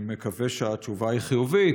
אני מקווה שהתשובה היא חיובית,